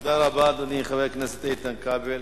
תודה, אדוני, חבר הכנסת איתן כבל.